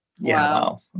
Wow